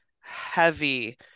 heavy